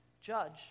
Judge